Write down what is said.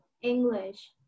English